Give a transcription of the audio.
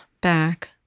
back